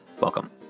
Welcome